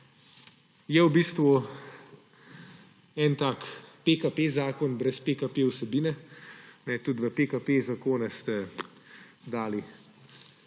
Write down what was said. Je v bistvu en tak PKP-zakon brez PKP-vsebine. Tudi v PKP-zakone ste dali